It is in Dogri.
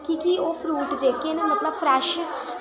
कि के ओह् फरूट जेह्के न मतलब फ्रैश